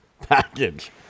package